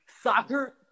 Soccer